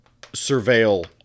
surveil